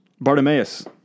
Bartimaeus